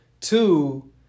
Two